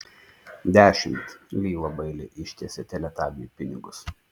dešimt lyva bailiai ištiesė teletabiui pinigus